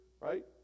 right